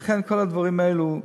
ולכן, כל הדברים האלו,